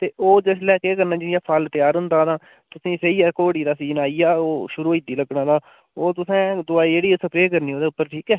ते ओह् जिसलै केह् करना जि'यां फल तेआर होंदा ना तुसें ई सेही ऐ जे घोड़ी दा सीजन आई गेआ ओह् शुरू होई पेई लग्गना ता ओह् तुसें दोआई सप्रे करनी ओह्दे उप्पर ठीक ऐ